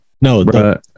no